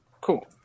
Cool